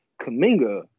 Kaminga